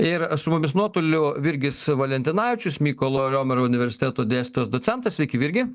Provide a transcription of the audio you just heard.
ir su mumis nuotoliu virgis valentinavičius mykolo romerio universiteto dėstytojas docentas sveiki virgi